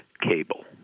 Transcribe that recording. cable